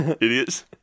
idiots